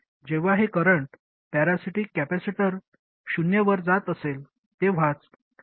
जेव्हा हे current parasitic capacitor शून्यवर जात असेल तेव्हाच ID I0 च्या बरोबर होईल